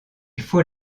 faut